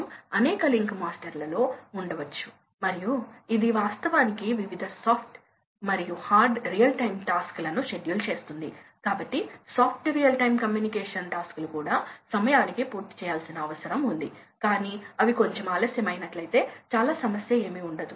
అంటే ఫ్యాన్ పై నెలకు 25000 రూపాయలు ఆదా అవుతోంది ఇప్పుడు ఇది సమర్థించబడుతుందా అనే ప్రశ్న ఉంది కనుక ఇది సమర్థించబడుతుందా అనేది దీనిపై ఆధారపడి ఉంటుంది చూడండి ఎనర్జీ యొక్క కంజర్వేషన్ అంశం కాకుండా ఎనర్జీ సమర్థవంతంగా ఉండవలసిన అవసరం కావాలి మీరు ఆ విషయాలను విస్మరిస్తే ఫాసిల్ ఫ్యూయల్ ఎప్పటికీ ఉండదు